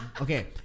okay